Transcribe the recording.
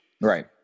Right